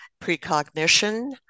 precognition